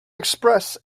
express